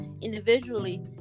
individually